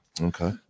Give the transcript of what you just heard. Okay